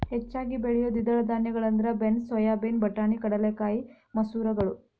ಹೆಚ್ಚಾಗಿ ಬೆಳಿಯೋ ದ್ವಿದಳ ಧಾನ್ಯಗಳಂದ್ರ ಬೇನ್ಸ್, ಸೋಯಾಬೇನ್, ಬಟಾಣಿ, ಕಡಲೆಕಾಯಿ, ಮಸೂರಗಳು